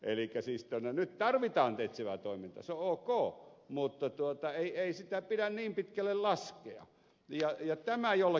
elikkä siis nyt tarvitaan etsivää toimintaa se on ok mutta ei sitä pidä niin pitkälle laskea vijay ja tämä ei ole